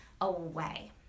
away